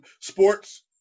Sports